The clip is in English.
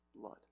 blood